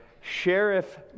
Sheriff